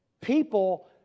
People